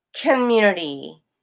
Community